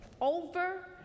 over